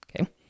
Okay